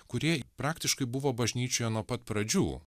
kurie praktiškai buvo bažnyčioje nuo pat pradžių